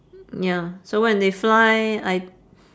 ya so when they fly I t~